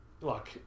look